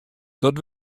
dat